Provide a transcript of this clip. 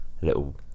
little